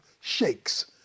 shakes